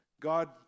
God